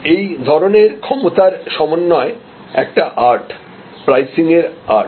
এই ধরনের ক্ষমতার সমন্বয় একটা আর্ট প্রাইসিংয়ের আর্ট